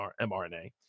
MRNA